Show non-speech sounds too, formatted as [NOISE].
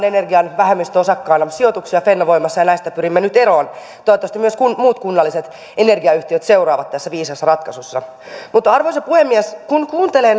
[UNINTELLIGIBLE] energian vähemmistöosakkaana sijoituksia fennovoimassa ja näistä pyrimme nyt eroon toivottavasti myös muut kunnalliset energiayhtiöt seuraavat tässä viisaassa ratkaisussa arvoisa puhemies kun kuuntelee [UNINTELLIGIBLE]